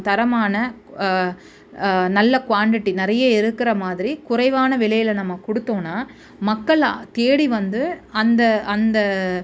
தரமான கு நல்ல குவான்டிட்டி நிறைய இருக்கிற மாதிரி குறைவான விலையில் நம்ம கொடுத்தோன்னா மக்கள் தேடி வந்து அந்த அந்த